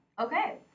Okay